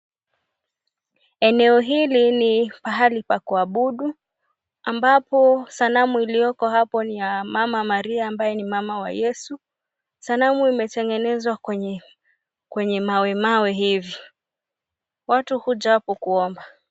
Eneo hili ni pahali pa kuabudu ambapo sanamu iliko hapo ni ya Mama Maria ambaye ni mama wa Yesu. Sanamu imetengenezwa kwenye mawe mawe hivi. Watu huja hapo kuomba.